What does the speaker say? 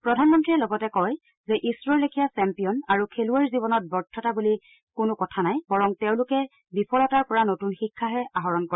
প্ৰধানমন্ত্ৰীয়ে লগতে কয় যে ইছৰৰ লেখীয়া চেম্পিয়ন আৰু খেলুৱৈৰ জীৱনত ব্যৰ্থতা বুলি কোনো কথা নাই বৰং তেওঁলোকে বিফলতাৰ পৰা নতুন শিক্ষাহে আহৰণ কৰে